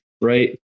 Right